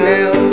now